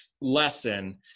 lesson